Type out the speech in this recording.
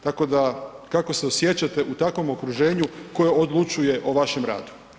Tako da, kako se osjećate u takvom okruženju koje odlučuje o vašem radu?